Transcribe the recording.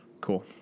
Cool